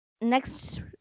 next